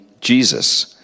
Jesus